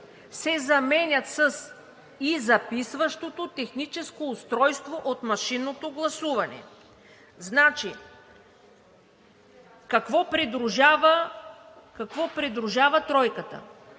се заменят с „и записващото техническо устройство от машинното гласуване“. Значи, какво придружава тройката?